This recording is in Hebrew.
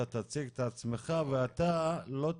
תציג את עצמך ותדבר.